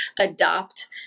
adopt